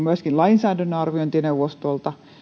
myöskin lainsäädännön arviointineuvostolta